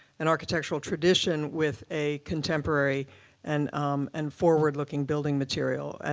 an architectural tradition, with a contemporary and and forward-looking building material, and